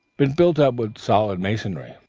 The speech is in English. been built up with solid masonry.